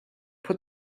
put